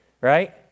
right